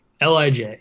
LIJ